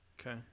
Okay